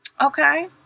okay